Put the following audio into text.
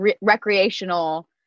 recreational